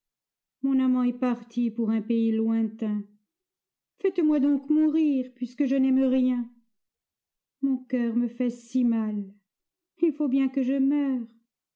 mon amant est parti pour un pays lointain faites-moi donc mourir puisque je n'aime rien mon cœur me fait si mal il faut bien que je meure